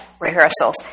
rehearsals